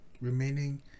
remaining